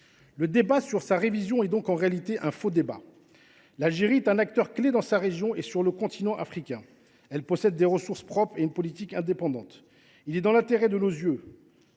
Le débat sur sa révision est donc, en réalité, un faux débat. L’Algérie est un acteur clé dans sa région et sur le continent africain. Elle possède des ressources propres et une politique indépendante. Il est dans l’intérêt de nos deux